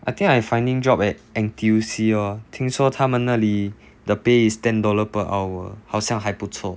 I think I finding job at N_T_U_C lor 听说他们那里 the pay is ten dollar per hour 好像还不错